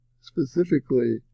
specifically